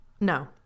No